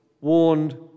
warned